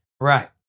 Right